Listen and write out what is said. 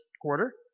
quarter